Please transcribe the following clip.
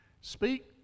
Speak